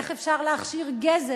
איך אפשר להכשיר גזל,